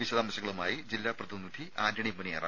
വിശദാംശങ്ങളുമായി ജില്ലാ പ്രതിനിധി ആന്റണി മുനിയറ